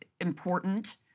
important